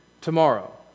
tomorrow